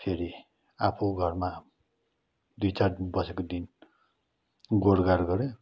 फेरि आफू घरमा दुई चार दिन बसेको दिन गोडगाड गऱ्यो